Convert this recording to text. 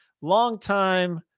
long-time